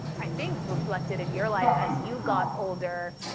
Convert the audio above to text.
i think reflected in your life, as you got older,